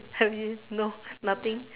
have you no nothing